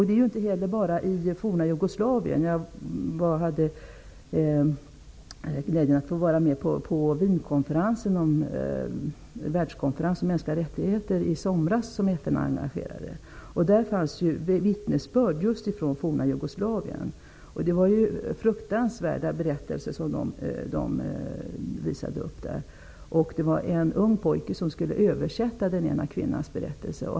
Det är inte heller bara i det forna Jugoslavien som detta sker. Jag hade glädjen att få vara med på världskonferensen om mänskliga rättigheter, som FN arrangerade i Wien i somras. Där fanns vittnesbörd just från det forna Jugoslavien. Det var fruktansvärda berättelser som vi fick höra där. Det var en ung pojke som skulle översätta den ena kvinnans berättelse.